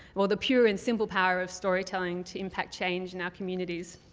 well, the pure and simple power of storytelling to impact change in our communities.